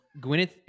Gwyneth